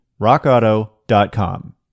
rockauto.com